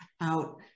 out